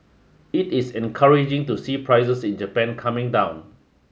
it is encouraging to see prices in Japan coming down